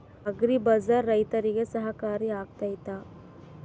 Agri bazaar ರೈತರಿಗೆ ಸಹಕಾರಿ ಆಗ್ತೈತಾ?